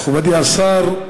מכובדי השר,